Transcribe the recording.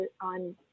on